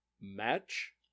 Match